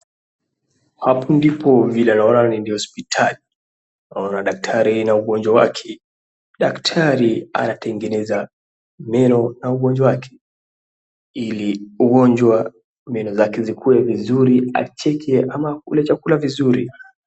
Hapo ndipo vile naona ni hospitali, naona daktari na mgonjwa wake, daktari anatengeneza meno ya mgonjwa wake ili mgonjwa meno zake zikuwe vizuri acheke ama akule chakula vuzuri.